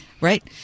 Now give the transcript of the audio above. right